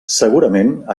segurament